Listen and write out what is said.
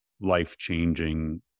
life-changing